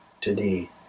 today